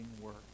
work